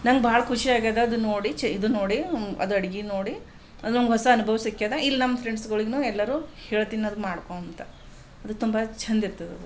ನಂಗೆ ಭಾಳ ಖುಷಿ ಆಗ್ಯದ ಅದನ್ನು ನೋಡಿ ಚೆ ಇದನ್ನು ನೋಡಿ ಅದು ಅಡುಗೆ ನೋಡಿ ಅದು ನಂಗೆ ಹೊಸ ಅನುಭವ ಸಿಕ್ಕ್ಯದ ಇಲ್ಲಿ ನಮ್ಮ ಫ್ರೆಂಡ್ಸ್ಗಳಿಗ್ನೂ ಎಲ್ಲರೂ ಹೇಳ್ತೀನಿ ಅದು ಮಾಡ್ಕೋ ಅಂತ ಅದು ತುಂಬ ಚಂದಿರ್ತದದು